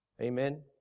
Amen